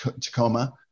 Tacoma